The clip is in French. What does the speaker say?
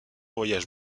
voyage